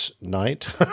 night